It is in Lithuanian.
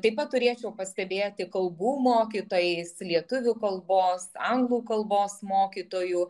taip pat turėčiau pastebėti kalbų mokytojais lietuvių kalbos anglų kalbos mokytojų